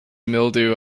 mildew